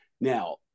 Now